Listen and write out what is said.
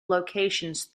locations